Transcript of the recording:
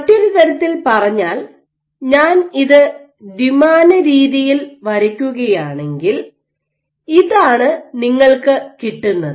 മറ്റൊരു തരത്തിൽ പറഞ്ഞാൽ ഞാൻ ഇത് ദ്വിമാന രീതിയിൽ വരയ്ക്കുകയാണെങ്കിൽ ഇതാണ് നിങ്ങൾക്ക് കിട്ടുന്നത്